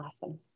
Awesome